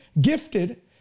gifted